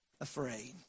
afraid